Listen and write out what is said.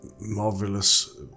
marvelous